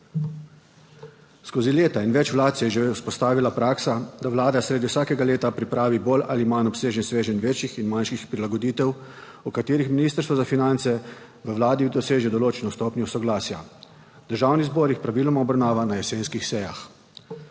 Skozi leta in več vlad se je že vzpostavila praksa, da vlada sredi vsakega leta pripravi bolj ali manj obsežen sveženj večjih in manjših prilagoditev, o katerih ministrstvo za finance v vladi doseže določeno stopnjo soglasja. Državni zbor jih praviloma obravnava na jesenskih sejah.